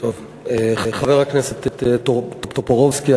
חבר הכנסת טופורובסקי,